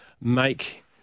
make